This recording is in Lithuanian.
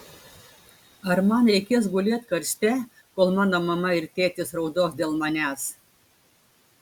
ar man reikės gulėt karste kol mano mama ir tėtis raudos dėl manęs